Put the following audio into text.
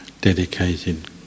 dedicated